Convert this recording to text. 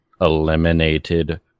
eliminated